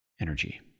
energy